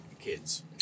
kids